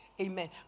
amen